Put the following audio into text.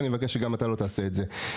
אני מבקש שגם אתה לא תעשה את זה.